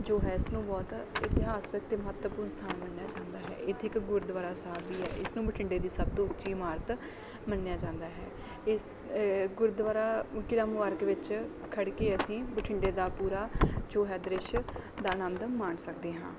ਜੋ ਹੈ ਇਸ ਨੂੰ ਬਹੁਤ ਇਤਿਹਾਸਿਕ ਅਤੇ ਮਹੱਤਵਪੂਰਨ ਸਥਾਨ ਮੰਨਿਆ ਜਾਂਦਾ ਹੈ ਇੱਥੇ ਇੱਕ ਗੁਰਦੁਆਰਾ ਸਾਹਿਬ ਵੀ ਹੈ ਇਸ ਨੂੰ ਬਠਿੰਡੇ ਦੀ ਸਭ ਤੋਂ ਉੱਚੀ ਇਮਾਰਤ ਮੰਨਿਆ ਜਾਂਦਾ ਹੈ ਇਸ ਗੁਰਦੁਆਰਾ ਕਿਲ੍ਹਾ ਮੁਬਾਰਕ ਵਿੱਚ ਖੜ੍ਹ ਕੇ ਅਸੀਂ ਬਠਿੰਡੇ ਦਾ ਪੂਰਾ ਜੋ ਹੈ ਦ੍ਰਿਸ਼ ਦਾ ਆਨੰਦ ਮਾਣ ਸਕਦੇ ਹਾਂ